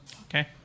Okay